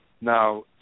Now